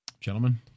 Gentlemen